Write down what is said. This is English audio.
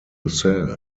sell